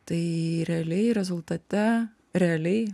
tai realiai rezultate realiai